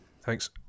thanks